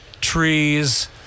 trees